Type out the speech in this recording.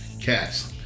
Cats